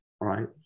right